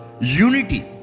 unity